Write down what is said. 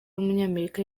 w’umunyamerika